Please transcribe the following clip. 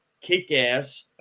kick-ass